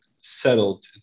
settled